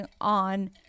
on